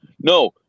no